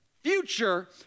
future